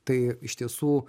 tai iš tiesų